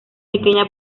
pequeña